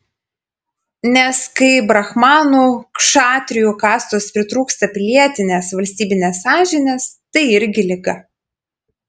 nes kai brahmanų kšatrijų kastos pritrūksta pilietinės valstybinės sąžinės tai irgi liga